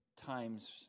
times